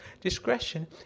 Discretion